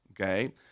Okay